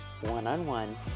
one-on-one